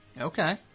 Okay